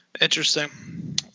Interesting